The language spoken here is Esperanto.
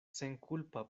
senkulpa